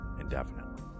indefinitely